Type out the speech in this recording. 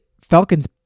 Falcons